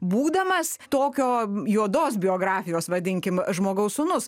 būdamas tokio juodos biografijos vadinkim žmogaus sūnus